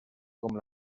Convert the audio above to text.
com